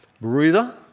Breather